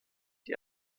die